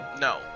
No